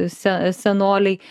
se senoliai